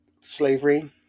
slavery